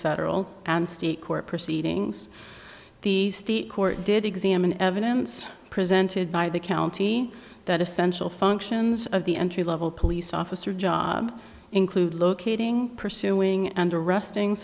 federal and state court proceedings the state court did examine evidence presented by the county that essential functions of the entry level police officer job include locating pursuing and arresting